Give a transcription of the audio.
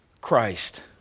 Christ